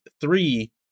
three